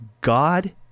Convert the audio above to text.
God